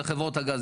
לחברות הגז,